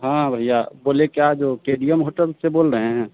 हाँ भैया बोले क्या जो के डि यम होटल से बोल रहे हैं